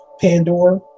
Pandora